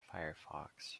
firefox